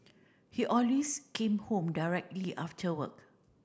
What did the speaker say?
he always came home directly after work